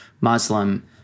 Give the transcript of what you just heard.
Muslim